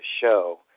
show